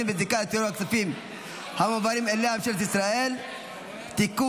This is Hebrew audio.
בזיקה לטרור מהכספים המועברים אליה מממשלת ישראל (תיקון,